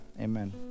Amen